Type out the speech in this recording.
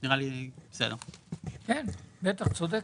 כן, בטח צודקת,